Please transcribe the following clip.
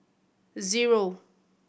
zero